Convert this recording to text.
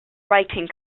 writing